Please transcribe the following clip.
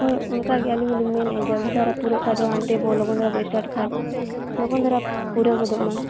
ᱦᱳᱭ ᱚᱱᱠᱟᱜᱮ ᱟᱹᱞᱤᱧ ᱦᱚᱸᱞᱤᱧ ᱢᱮᱱᱮᱫᱼᱟ ᱡᱚᱞᱫᱤ ᱫᱷᱟᱨᱟ ᱯᱩᱨᱟᱹᱜ ᱠᱷᱟᱱ ᱫᱚ ᱦᱟᱱᱛᱮ ᱵᱚ ᱞᱚᱜᱚᱱ ᱫᱷᱟᱨᱟ ᱵᱚ ᱥᱴᱟᱴ ᱠᱷᱟᱱ ᱞᱚᱜᱚᱱ ᱫᱷᱟᱨᱟ ᱯᱩᱨᱟᱹᱣ ᱜᱚᱫᱚᱜ ᱢᱟ